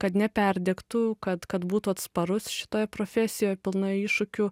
kad neperdegtų kad kad būtų atsparus šitoje profesijoje pilnoje iššūkių